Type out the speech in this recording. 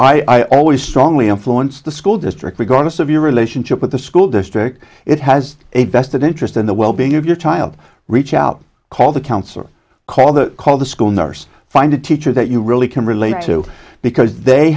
i always strongly influence the school district regardless of your relationship with the school district it has a vested interest in the wellbeing of your child reach out call the counselor call the call the school nurse find a teacher that you really can relate to because they